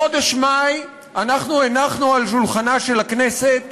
בחודש מאי הנחנו על שולחנה של הכנסת